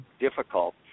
difficult